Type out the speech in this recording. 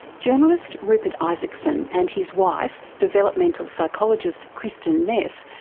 journalist rupert isaacson and his wife, developmental psychologist kristin neff,